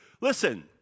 Listen